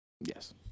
Yes